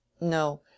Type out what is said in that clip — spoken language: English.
No